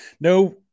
no